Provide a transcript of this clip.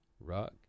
rug